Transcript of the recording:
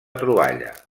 troballa